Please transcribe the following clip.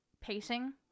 pacing